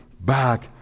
back